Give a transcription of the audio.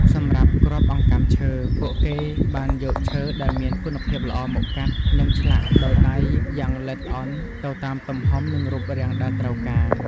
សម្រាប់ គ្រាប់អង្កាំឈើ ពួកគេបានយកឈើដែលមានគុណភាពល្អមកកាត់ និងឆ្លាក់ដោយដៃយ៉ាងល្អិតល្អន់ទៅតាមទំហំ និងរូបរាងដែលត្រូវការ។